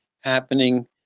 happening